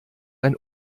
ein